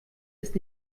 ist